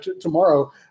tomorrow